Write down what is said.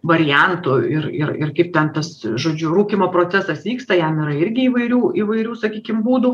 variantu ir ir ir kaip ten tas žodžiu rūkymo procesas vyksta jam yra irgi įvairių įvairių sakykim būdų